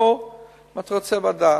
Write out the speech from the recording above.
ואם אתה רוצה, ועדה.